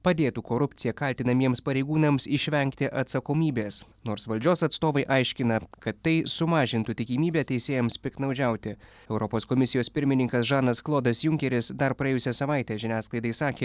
padėtų korupcija kaltinamiems pareigūnams išvengti atsakomybės nors valdžios atstovai aiškina kad tai sumažintų tikimybę teisėjams piktnaudžiauti europos komisijos pirmininkas žanas klodas junkeris dar praėjusią savaitę žiniasklaidai sakė